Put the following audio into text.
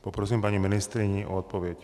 Poprosím paní ministryni o odpověď.